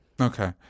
okay